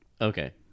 Okay